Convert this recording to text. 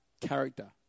character